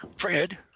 Fred